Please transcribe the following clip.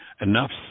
Enough